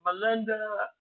Melinda